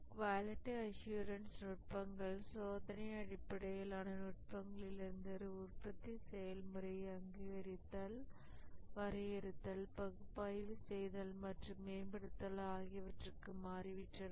quality assurance நுட்பங்கள் சோதனை அடிப்படையிலான நுட்பங்களிலிருந்து உற்பத்தி செயல்முறையை அங்கீகரித்தல் வரையறுத்தல் பகுப்பாய்வு செய்தல் மற்றும் மேம்படுத்துதல் ஆகியவற்றுக்கு மாறிவிட்டன